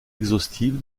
exhaustive